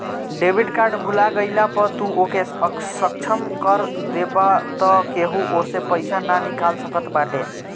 debit card भूला गईला पअ तू ओके असक्षम कर देबाअ तअ केहू ओसे पईसा ना निकाल सकत बाटे